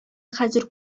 хәзер